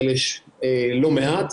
יש כאלה לא מעט.